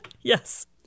Yes